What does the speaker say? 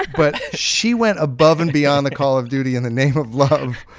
but she went above and beyond the call of duty in the name of love.